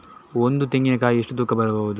ಒಂದು ತೆಂಗಿನ ಕಾಯಿ ಎಷ್ಟು ತೂಕ ಬರಬಹುದು?